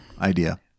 idea